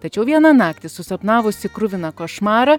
tačiau vieną naktį susapnavusi kruviną košmarą